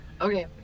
Okay